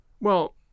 Well